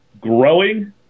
growing